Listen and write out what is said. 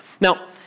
Now